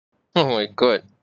oh my god